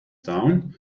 down